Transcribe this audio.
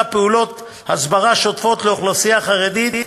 פעולות הסברה שוטפות לאוכלוסייה החרדית.